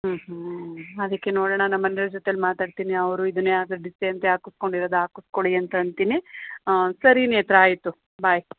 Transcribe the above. ಹ್ಞೂ ಹ್ಞೂ ಹ್ಞೂ ಅದಕ್ಕೆ ನಮ್ಮ ಮನೆಯವ್ರ ಜೊತೆಲಿ ಮಾತಾಡ್ತೀನಿ ಅವರೂ ಅದನ್ನೇ ಆಕ್ ಡಿಸ್ಸೇ ಅಂತೆ ಹಾಕಸ್ಕೊಂಡಿರೋದ್ ಹಾಕಸ್ಕೊಳಿ ಅಂತ ಅಂತೀನಿ ಹಾಂ ಸರಿ ನೇತ್ರಾ ಆಯಿತು ಬಾಯ್